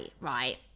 right